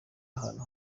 ahantu